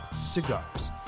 cigars